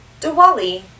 Diwali